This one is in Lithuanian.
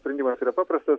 sprendimas yra paprastas